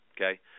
Okay